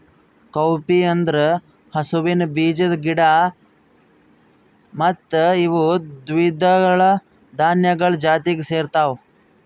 cowpea ಅಂದುರ್ ಹಸುವಿನ ಬೀಜದ ಗಿಡ ಮತ್ತ ಇವು ದ್ವಿದಳ ಧಾನ್ಯಗೊಳ್ ಜಾತಿಗ್ ಸೇರ್ತಾವ